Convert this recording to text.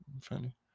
funny